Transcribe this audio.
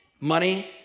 money